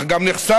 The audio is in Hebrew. אך גם נחשפתי,